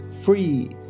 free